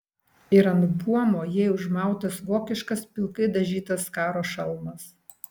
ir ant buomo jai užmautas vokiškas pilkai dažytas karo šalmas